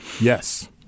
yes